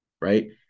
Right